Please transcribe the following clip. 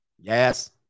yes